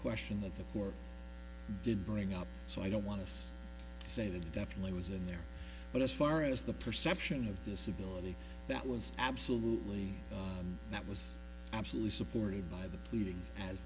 question that the court did bring up so i don't want to say that definitely was in there but as far as the perception of disability that was absolutely and that was absolutely supported by the pleadings as